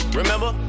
remember